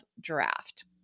draft